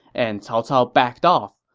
and cao cao backed off.